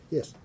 Yes